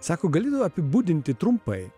sako galėtų apibūdinti trumpai